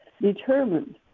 determined